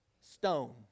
stone